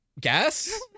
gas